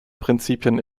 prinzipien